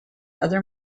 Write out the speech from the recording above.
other